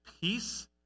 peace